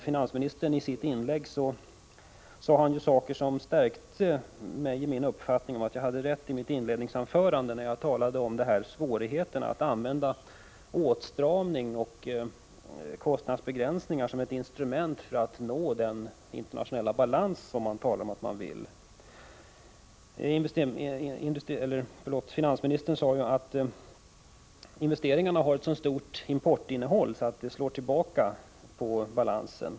Finansministern sade i sitt inlägg saker som stärker mig i min uppfattning att jag hade rätt i mitt inledningsanförande när jag talade om svårigheten med att använda åtstramning och kostnadsbegränsningar som ett instrument för att nå den internationella balans man talar om att man vill nå. Finansministern sade att investeringarna har ett så stort importinnehåll att det slår tillbaka på balansen.